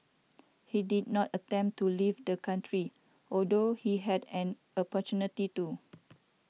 he did not attempt to leave the country although he had an opportunity to